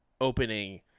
opening